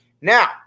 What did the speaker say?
Now